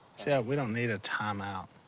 yeah we don't need a time-out.